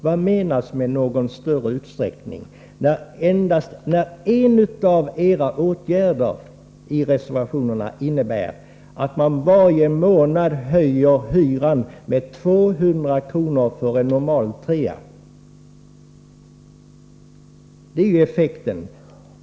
Vad menas med ”någon större utsträckning”? En av åtgärderna som ni föreslår i reservationerna innebär att man varje månad höjer hyran med 200 kr. för en normal trerumslägenhet — det är ju effekten.